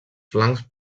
flancs